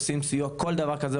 כל דבר כזה,